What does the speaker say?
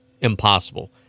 impossible